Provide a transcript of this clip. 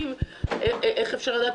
אי אפשר למחוק את